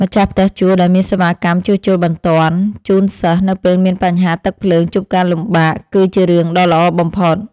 ម្ចាស់ផ្ទះជួលដែលមានសេវាកម្មជួសជុលបន្ទាន់ជូនសិស្សនៅពេលមានបញ្ហាទឹកភ្លើងជួបការលំបាកគឺជារឿងដ៏ល្អបំផុត។